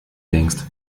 denkst